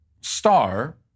star